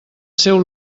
seu